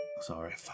sorry